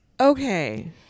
Okay